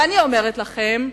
ואני אומרת לכם,